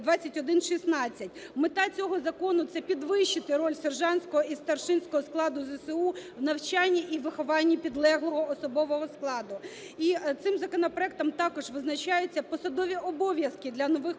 2116. Мета цього закону – це підвищити роль сержантського і старшинського складу ЗСУ в навчанні і в вихованні підлеглого особового складу. І цим законопроектом також визначаються посадові обов'язки для нових